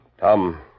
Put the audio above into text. Tom